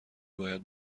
باید